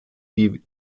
die